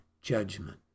judgment